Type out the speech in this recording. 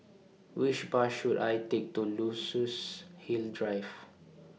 Which Bus should I Take to Luxus Hill Drive